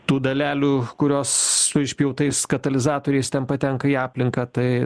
tų dalelių kurios su išpjautais katalizatoriais ten patenka į aplinką tai